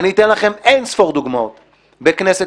אני אתן לכם אין-ספור דוגמאות בכנסת